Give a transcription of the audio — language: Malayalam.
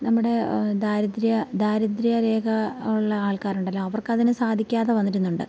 നമ്മുടെ ദാരിദ്ര്യ ദാരിദ്ര്യ രേഖ ഉള്ള ആൾക്കാരുണ്ടല്ലോ അവർക്ക് അതിന് സാധിക്കാതെ വരുന്നുണ്ട്